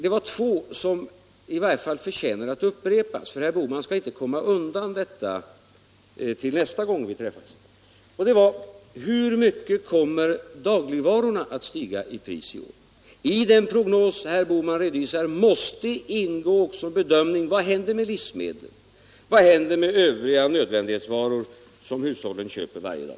I varje fall två av dessa frågor förtjänar att upprepas — herr Bohman skall inte komma undan dem nästa gång vi träffas i en debatt. Den ena av dessa frågor var denna: Hur mycket kommer dagligvarorna att stiga i pris i år? I den prognos som herr Bohman redovisade måste det ingå också en bedömning av vad som händer med livsmedlen och övriga nödvändighetsvaror som hushållen köper varje dag.